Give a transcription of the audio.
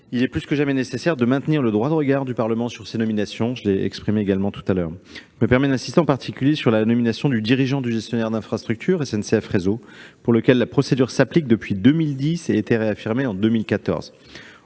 il est plus que jamais nécessaire de maintenir le droit de regard du Parlement sur ces nominations. Je me permets d'insister, en particulier, sur la nomination du dirigeant du gestionnaire d'infrastructure, SNCF Réseau, pour lequel la procédure s'applique depuis 2010 et a été réaffirmée en 2014.